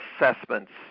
assessments